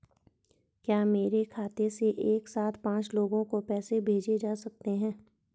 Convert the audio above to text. क्या मेरे खाते से एक साथ पांच लोगों को पैसे भेजे जा सकते हैं?